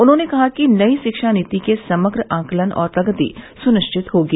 उन्होंने कहा कि नई शिक्षा नीति से समग्र आकलन और प्रगति सुनिश्चित होगी